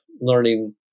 learning